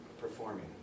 performing